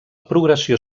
progressió